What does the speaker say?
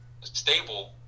stable